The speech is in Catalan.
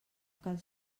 cal